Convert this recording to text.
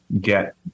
get